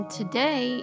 today